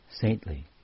saintly